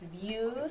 Views